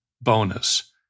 bonus